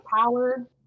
power